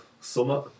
summer